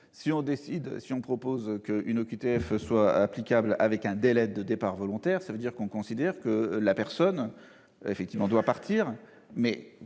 Si l'on propose qu'une OQTF soit applicable avec un délai de départ volontaire, cela signifie que l'on considère que la personne doit partir,